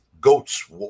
goats